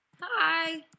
Hi